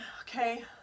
okay